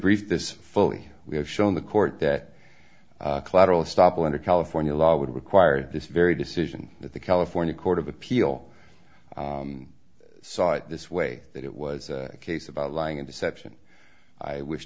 briefed this fully we have shown the court that collateral stop under california law would require this very decision that the california court of appeal saw it this way that it was a case about lying and deception i wish